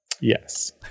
Yes